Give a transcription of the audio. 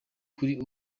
kuri